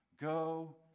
Go